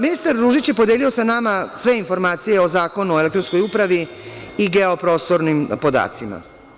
Ministar Ružić je podelio sa nama sve informacije o Zakonu o elektronskoj upravi i geoprostornim podacima.